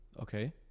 Okay